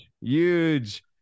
huge